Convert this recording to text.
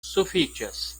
sufiĉas